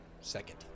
second